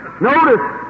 Notice